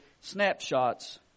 snapshots